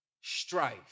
strife